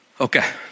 Okay